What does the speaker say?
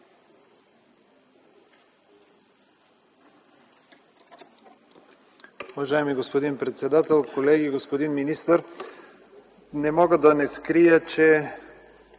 Уважаеми господин председател, колеги, господин министър! Не мога да скрия, че